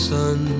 sun